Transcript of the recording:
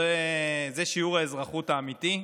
זה שיעור האזרחות האמיתי.